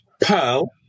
Pearl